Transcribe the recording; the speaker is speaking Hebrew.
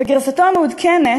בגרסתו המעודכנת,